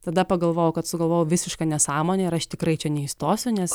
tada pagalvojau kad sugalvojau visišką nesąmonę ir aš tikrai čia neįstosiu nes